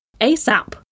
ASAP